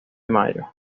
mayo